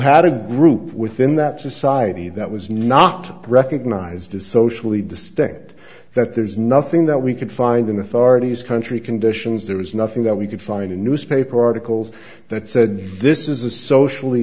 had a group within that society that was not recognized a socially distinct that there's nothing that we could find in authorities country conditions there was nothing that we could find a newspaper articles that said this is a socially